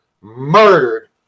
murdered